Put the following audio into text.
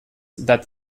that